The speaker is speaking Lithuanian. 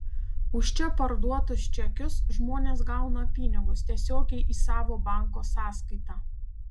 už čia parduotus čekius žmonės gauna pinigus tiesiogiai į savo banko sąskaitą